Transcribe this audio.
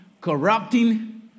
corrupting